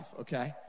okay